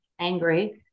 angry